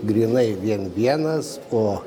grynai vien vienas o